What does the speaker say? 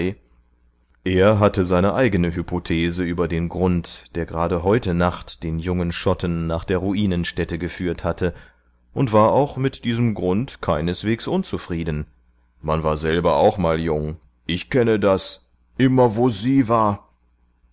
er hatte seine eigene hypothese über den grund der gerade heute nacht den jungen schotten nach der ruinenstätte geführt hatte und war auch mit diesem grund keineswegs unzufrieden man war selber auch mal jung ich kenne das immer wo sie war